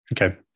Okay